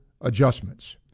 adjustments